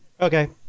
Okay